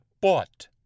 bought